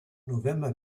november